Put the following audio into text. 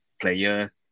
player